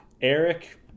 Eric